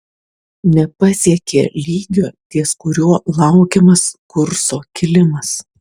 nepasiekė lygio ties kuriuo laukiamas kurso kilimas